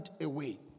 away